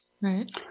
right